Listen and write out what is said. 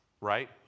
Right